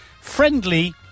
friendly